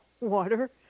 water